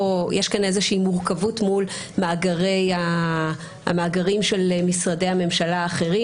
יש כאן איזושהי מורכבות מול המאגרים של משרדי הממשלה האחרים